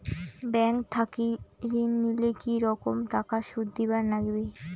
Bank থাকি ঋণ নিলে কি রকম টাকা সুদ দিবার নাগিবে?